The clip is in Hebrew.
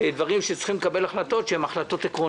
דברים שמחייבים לקבל החלטות עקרוניות,